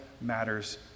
matters